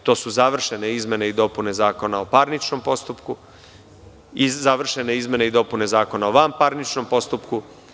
Upravo su završene izmene i dopune Zakona o parničnom postupku i završene izmene i dopune Zakona o vanparničnom postupku.